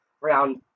round